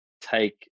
take